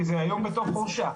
כי זה היום בתוך חורשה,